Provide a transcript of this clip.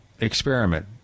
experiment